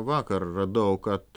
vakar radau kad